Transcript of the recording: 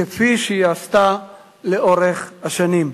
כפי שעשתה לאורך השנים.